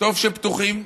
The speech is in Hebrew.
טוב שפתוחים,